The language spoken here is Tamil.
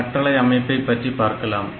அடுத்ததாக கட்டளை அமைப்பை பற்றி பார்க்கலாம்